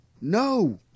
no